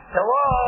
Hello